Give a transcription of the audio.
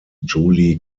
julie